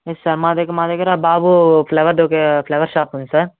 yes sir మా దగ్గర మా దగ్గర బాబు ఫ్లవర్ డొకే ఫ్లవర్ షాప్ ఉంది సార్